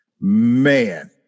Man